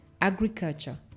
agriculture